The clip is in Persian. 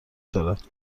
دارد